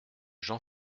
jean